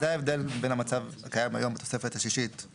זה ההבדל בין המצב הקיים היום בתוספת השישית .